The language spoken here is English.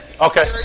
Okay